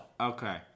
Okay